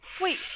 Wait